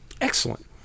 Excellent